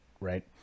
right